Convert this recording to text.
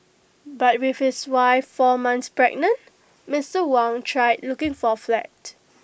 but with his wife four months pregnant Mister Wang tried looking for A flat